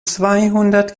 zweihundert